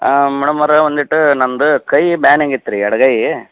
ಮೇಡಮ್ಮವ್ರೆ ಒಂದಿಷ್ಟು ನನ್ನದು ಕೈ ಬ್ಯಾನಾಗಿತ್ತು ರೀ ಎಡಗೈ